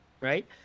Right